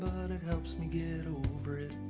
it helps me get over it